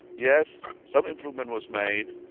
yes, some improvement was made,